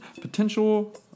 potential